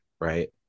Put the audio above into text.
Right